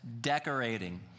decorating